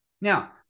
Now